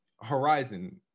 Horizon